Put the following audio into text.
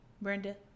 Brenda